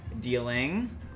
dealing